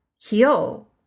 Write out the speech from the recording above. heal